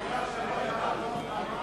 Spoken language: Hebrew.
על מה?